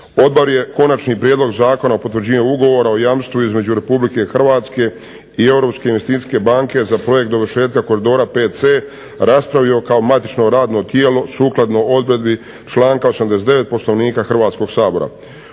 Odbor je konačni prijedlog zakona o potvrđivanju Ugovora o jamstvu između Republike Hrvatske i Europske investicijske banke za projekt dovršetka koridora VC raspravio kao matično radno tijelo, sukladno odredbi članka 89. Poslovnika Hrvatskog sabora.